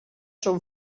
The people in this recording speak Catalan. són